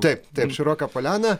taip taip široka poliana